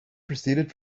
proceeded